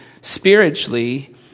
spiritually